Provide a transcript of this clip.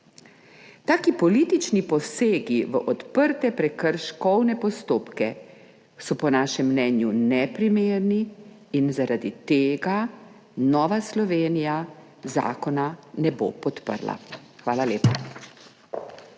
Taki politični posegi v odprte prekrškovne postopke so po našem mnenju neprimerni in zaradi tega Nova Slovenija zakona ne bo podprla. Hvala lepa.